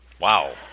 Wow